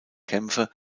kämpfe